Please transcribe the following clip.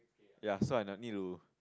ya so I need to